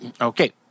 Okay